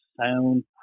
sound